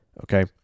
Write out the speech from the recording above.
Okay